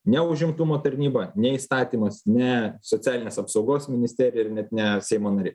ne užimtumo tarnyba ne įstatymas ne socialinės apsaugos ministerija ir net ne seimo nariai